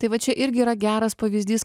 tai va čia irgi yra geras pavyzdys